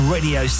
Radio